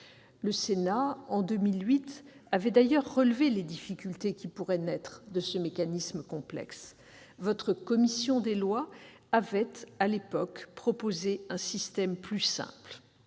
Le Sénat, en 2008, avait d'ailleurs relevé les problèmes qui pourraient naître de ce mécanisme complexe, et votre commission des lois, à l'époque, avait proposé un système plus simple.